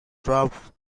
troupe